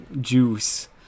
juice